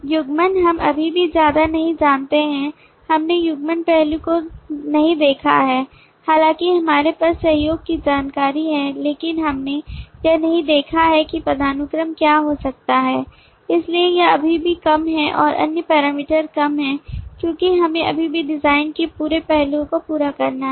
युग्मन हम अभी भी ज्यादा नहीं जानते हैं हमने युग्मन पहलू को नहीं देखा है हालांकि हमारे पास सहयोग की जानकारी है लेकिन हमने यह नहीं देखा है कि पदानुक्रम क्या हो सकता है इसलिए यह अभी भी कम है और अन्य पैरामीटर कम हैं क्योंकि हमें अभी भी डिजाइन के पूरे पहलुओं को पूरा करना है